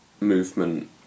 movement